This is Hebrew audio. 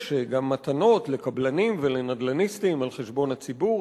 יש גם מתנות לקבלנים ולנדל"ניסטים על חשבון הציבור,